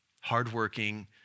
Hardworking